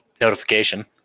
notification